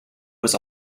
was